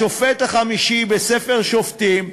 השופט החמישי בספר שופטים,